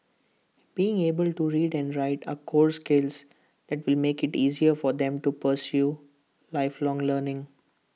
being able to read and write are core skills that will make IT easier for them to pursue lifelong learning